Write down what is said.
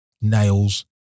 nails